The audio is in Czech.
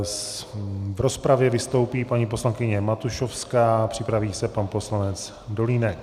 V rozpravě vystoupí paní poslankyně Matušovská, připraví se pan poslanec Dolínek.